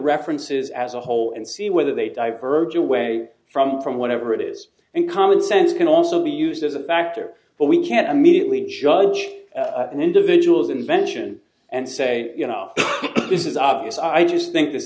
references as a whole and see whether they diverged away from from whatever it is and common sense can also be used as a factor but we can't immediately judge an individual's invention and say you know this is obvious i just think this